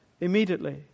immediately